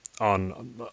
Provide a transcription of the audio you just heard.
on